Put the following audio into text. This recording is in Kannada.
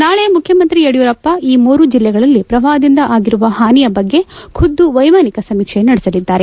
ನಾಳಿ ಮುಖ್ಯಮಂತ್ರಿ ಯಡಿಯೂರಪ್ಪ ಈ ಮೂರು ಜಿಲ್ಲೆಗಳಲ್ಲಿ ಪ್ರವಾಹದಿಂದ ಆಗಿರುವ ಹಾನಿ ಬಗ್ಗೆ ಖುದ್ದು ವೈಮಾನಿಕ ಸಮೀಕ್ಷೆ ನಡೆಸಲಿದ್ದಾರೆ